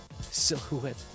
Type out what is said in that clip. Silhouette